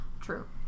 True